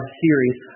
series